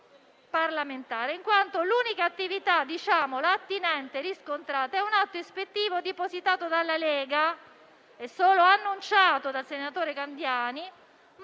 parlamentare. L'unica attività attinente riscontrata è un atto ispettivo depositato dalla Lega e solo annunciato dal senatore Candiani